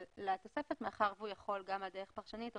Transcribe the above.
לתוספת מאחר והוא יכול גם בדרך פרשנית או